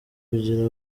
kugira